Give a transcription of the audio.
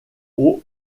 aux